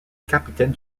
capitaine